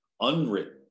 unwritten